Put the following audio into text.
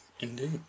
indeed